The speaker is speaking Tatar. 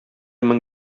мең